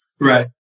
right